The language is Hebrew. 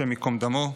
השם ייקום דמו,